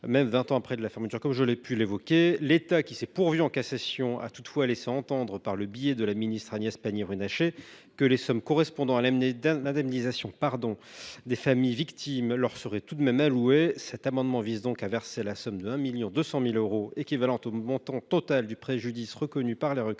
même vingt ans après la fermeture. L’État, qui s’est pourvu en cassation, a toutefois laissé entendre, par le biais de la ministre Agnès Pannier Runacher, que les sommes correspondant à l’anonymisation des familles victimes leur seraient tout de même allouées. Cet amendement vise donc à verser la somme de 1,2 million d’euros, équivalente au montant total du préjudice reconnu pour les requérants.